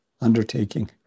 undertaking